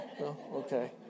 Okay